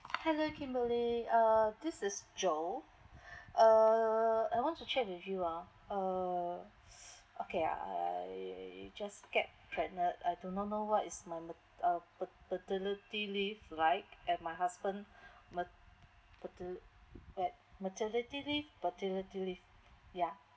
hello kimberly uh this is joe err I want to check with you ah err okay I just get pregnant I do not know what is my ma~ uh pat~ paternity leave right and my husband ma~ pater~ that maternity leave paternity leave yeah